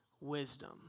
wisdom